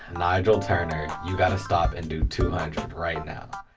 nygel turner, you gotta stop and do two hundred right now.